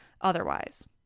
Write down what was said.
otherwise